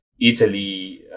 Italy